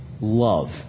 love